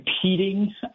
competing